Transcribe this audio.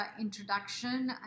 introduction